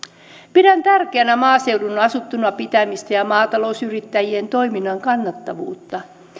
pidän tärkeänä maaseudun asuttuna pitämistä ja maatalousyrittäjien toiminnan kannattavuutta